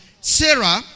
Sarah